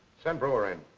send brewer in.